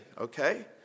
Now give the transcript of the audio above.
okay